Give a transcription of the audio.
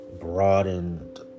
broadened